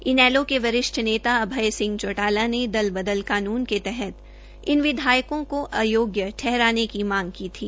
इनेलो के वरिष्ठ नेता अभय सिंह चौटाला ने दल बदल कानून के तहत इन विधायकों को अयोग्य ठहराने की मांग की थी